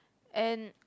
and